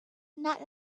not